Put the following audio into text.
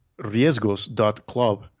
riesgos.club